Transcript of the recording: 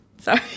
Sorry